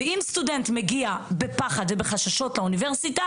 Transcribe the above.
אם סטודנט מגיע בפחד ובחששות לאוניברסיטה